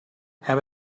have